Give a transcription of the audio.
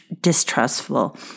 distrustful